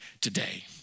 today